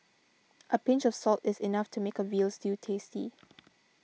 a pinch of salt is enough to make a Veal Stew tasty